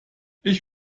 ich